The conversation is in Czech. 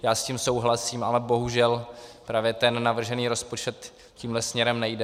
Já s tím souhlasím, ale bohužel právě ten navržený rozpočet tímhle směrem nejde.